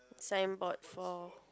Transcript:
signboard for